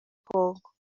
congo